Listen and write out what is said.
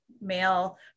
male